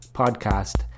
podcast